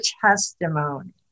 testimony